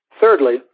thirdly